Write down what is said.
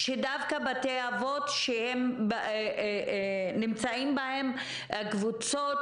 שדווקא בתי אבות שנמצאות בהם הקבוצות